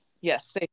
yes